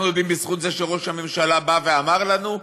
אנחנו יודעים בזכות זה שראש הממשלה בא ואמר לנו,